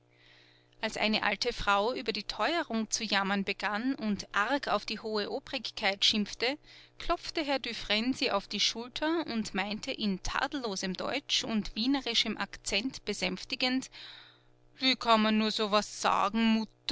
als eine alte frau über die teuerung zu jammern begann und arg auf die hohe obrigkeit schimpfte klopfte herr dufresne sie auf die schulter und meinte in tadellosem deutsch und wienerischem akzent besänftigend wie kann man nur so was sagen